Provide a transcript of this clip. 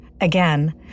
Again